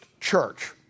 church